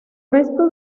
resto